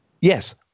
Yes